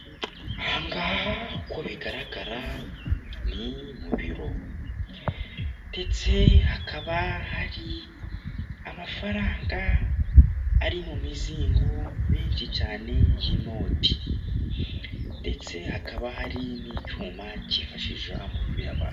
Aha ngaha uko bigaragara ni mu biro, ndetse hakaba hari amafaranga ari mu mizingo menshi cyane y'inoti, ndetse hakaba hari n'icyuma kifashisha mu kuyabara.